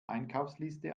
einkaufsliste